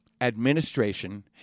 administration